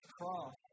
cross